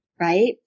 right